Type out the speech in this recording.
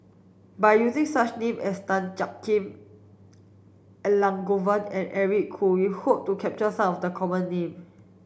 by using such name is Tan Jiak Kim Elangovan and Eric Khoo we hope to capture some of the common name